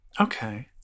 Okay